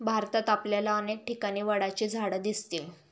भारतात आपल्याला अनेक ठिकाणी वडाची झाडं दिसतील